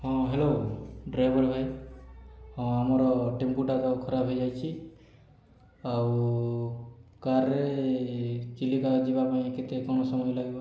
ହଁ hello driver ଭାଇ ହଁ ଆମର ଟେମ୍ପୁଟା ତ ଖରାପ ହୋଇଯାଇଛି ଆଉ କାର୍ରେ ଚିଲିକା ଯିବା ପାଇଁ କେତେ କ'ଣ ସମୟ ଲାଗିବ